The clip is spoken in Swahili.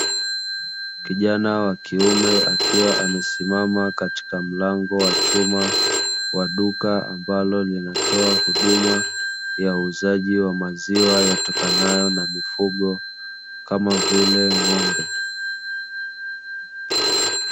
Kijana wa kiume akiwa amesimama katika mlango wa chuma, wa duka ambalo linatoa huduma ya uuzaji wa maziwa yatokanayo na mifugo, kama vile ng’ombe.